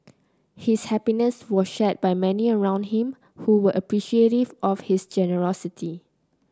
his happiness was shared by many around him who were appreciative of his generosity